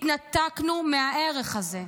התנתקנו מהערך הזה,